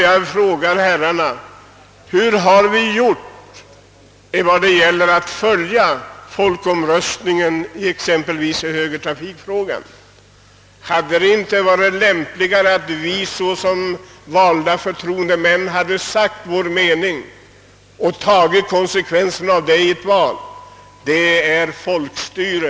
Jag frågar herrarna: Hur har vi gjort när det gäller att följa folkomröstningen i exempelvis högertrafikfrågan? Hade det inte varit lämpligare att vi såsom valda förtroendemän hade sagt vår mening och tagit konsekvenserna av det i ett val. Det är folkstyre!